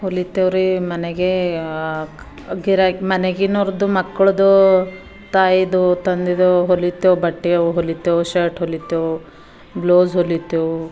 ಹೊಲಿತೀವ್ರಿ ಮನೆಗೆ ಗಿರಾಕಿ ಮನೆಗಿನವ್ರದ್ದು ಮಕ್ಳದ್ದು ತಾಯಿದು ತಂದೆದು ಹೊಲಿತೇವೆ ಬಟ್ಟೆಯವು ಹೊಲಿತೇವೆ ಶರ್ಟ್ ಹೊಲಿತೇವೆ ಬ್ಲೌಸ್ ಹೊಲಿತೇವೆ